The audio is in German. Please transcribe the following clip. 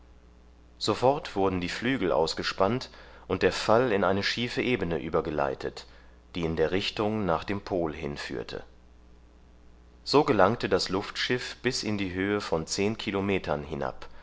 sofort wurden die flügel ausgespannt und der fall in eine schiefe ebene übergeleitet die in der richtung nach dem pol hinführte so gelangte das luftschiff bis in die höhe von zehn kilometern hinab